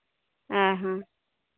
ᱦᱮᱸ ᱦᱮᱸ